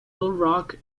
rock